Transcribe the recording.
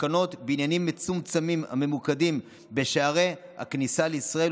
תקנות בעניינים מצומצמים הממוקדים בשערי הכניסה לישראל,